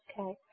Okay